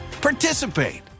participate